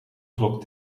klok